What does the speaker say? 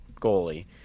goalie